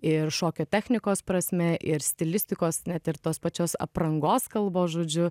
ir šokio technikos prasme ir stilistikos net ir tos pačios aprangos kalbos žodžiu